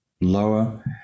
lower